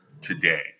today